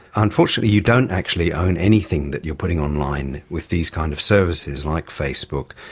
unfortunately you don't actually own anything that you are putting online with these kind of services like facebook.